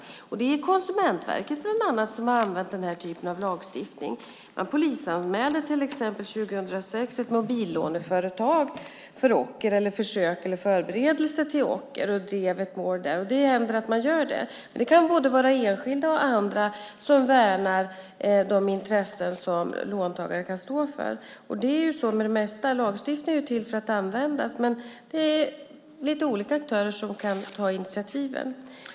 Bland annat har Konsumentverket använt den typen av lagstiftning. År 2006 polisanmälde de till exempel ett mobillåneföretag för ocker eller försök eller förberedelse till ocker och drev således ett sådant mål. Det händer att man gör det. Det kan vara både enskilda och andra som värnar de intressen som låntagare kan stå för. Lagstiftning är till för att användas, och olika aktörer kan ta initiativen.